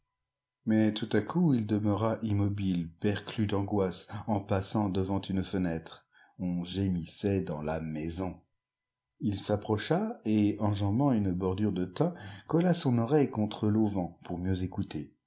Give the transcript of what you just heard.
mais tout à coup il demeura immobile perclus d'angoisse en passant devant une fenêtre on gémissait dans la maison ii s'approcha et enjambant une bordure de thym colla son oreille contre l'auvent pour mieux écouter